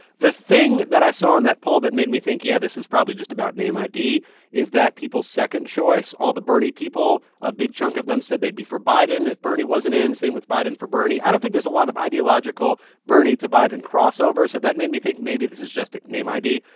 the thing that i saw in that poll that made me think, yeah, this is probably just about name id is that people's second choice, all the bernie people, a big chunk of them said they'd be for biden if bernie wasn't in same with biden for bernie. i don't think there's a lot of ideological bernie to biden crossover, so that made me think maybe this is just name id.